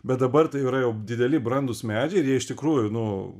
bet dabar tai jau yra jau dideli brandūs medžiai ir jie iš tikrųjų nu